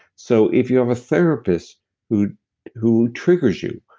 so if you have a therapist who who triggers you,